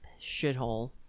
shithole